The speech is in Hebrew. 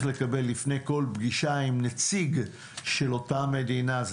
לקבל לפני כל פגישה עם נציג של אותה מדינה.